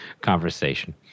conversation